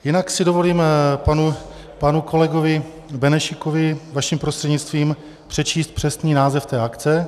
Jinak si dovolím panu kolegovi Benešíkovi vaším prostřednictvím přečíst přesný název té akce.